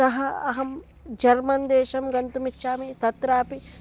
अतः अहं जर्मन्देशं गन्तुम् इच्छमि तत्रापि